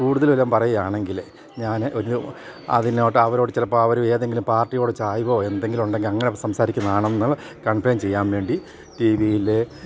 കൂടുതൽ എല്ലാം പയുകയാണെങ്കിൽ ഞാൻ ഒരു അതിനോട് അവരോട് ചിലപ്പോൾ അവർ ഏതെങ്കിലും പാർട്ടിയോടെ ചായ്വോ എന്തെങ്കിലും ഉണ്ടെങ്കിൽ അങ്ങനെ സംസാരിക്കുന്നതാണെന്ന് കൺഫേം ചെയ്യാൻ വേണ്ടി ടിവിയിൽ